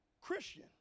Christian